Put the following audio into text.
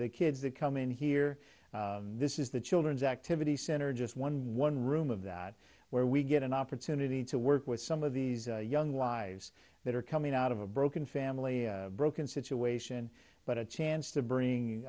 the kids that come in here this is the children's activity center just one one room of that where we get an opportunity to work with some of these young lives that are coming out of a broken family a broken situation but a chance to bring